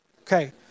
Okay